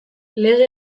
lege